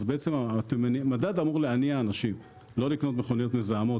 אז בעצם המדד אמור להניע אנשים לא לקנות מכוניות מזהמות,